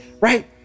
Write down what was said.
Right